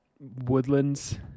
woodlands